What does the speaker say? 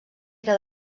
era